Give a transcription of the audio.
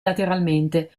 lateralmente